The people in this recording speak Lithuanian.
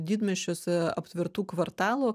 didmiesčiuose aptvertų kvartalų